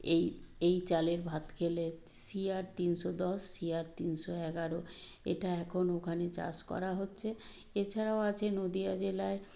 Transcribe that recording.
এই এই চালের ভাত খেলে শিয়ার তিনশো দশ শিয়ার তিনশো এগারো এটা এখন ওখানে চাষ করা হচ্ছে এছাড়াও আছে নদীয়া জেলায়